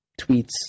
tweets